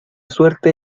suerte